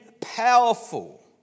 powerful